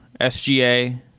SGA